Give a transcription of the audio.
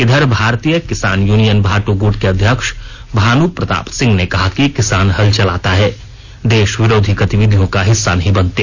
इधर भारतीय किसान यूनियन भानु गूट के अध्यक्ष भानु प्रताप सिंह ने कहा कि किसान हल चलाता हैं देश विरोधी गतिविधियों का हिस्सा नहीं बनते